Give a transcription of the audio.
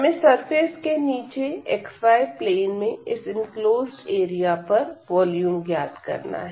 हमें सरफेस के नीचे xy प्लेन में इस इनक्लोज्ड एरिया पर वॉल्यूम ज्ञात करना है